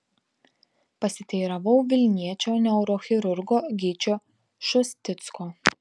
pasiteiravau vilniečio neurochirurgo gyčio šusticko